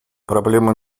проблема